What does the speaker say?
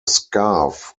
scarf